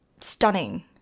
stunning